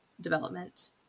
development